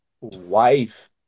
wife